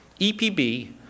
EPB